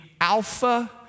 alpha